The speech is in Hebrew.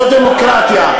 זאת דמוקרטיה,